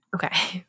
Okay